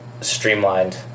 streamlined